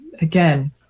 again